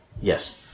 yes